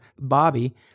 Bobby